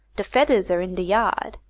de fedders are in de yard,